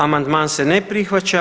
Amandman se ne prihvaća.